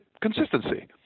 consistency